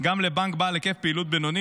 גם לבנק בעל היקף פעילות בינוני,